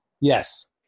Yes